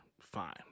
Fine